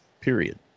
period